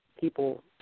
people